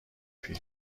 پیر